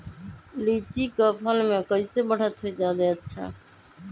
लिचि क फल म कईसे बढ़त होई जादे अच्छा?